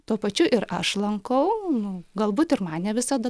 tuo pačiu ir aš lankau nu galbūt ir man ne visada